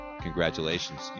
Congratulations